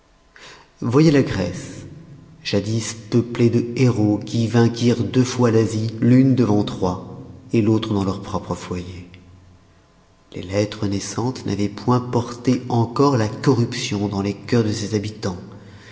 voyez la grèce jadis peuplée de héros qui vainquirent deux fois l'asie l'une devant troye l'autre dans leurs propres foyers les lettres naissantes n'avoient point porté encore la corruption dans les cœurs de ses habitants